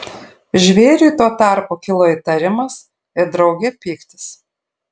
žvėriui tuo tarpu kilo įtarimas ir drauge pyktis